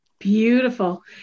Beautiful